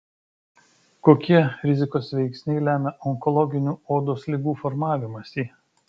kokie rizikos veiksniai lemia onkologinių odos ligų formavimąsi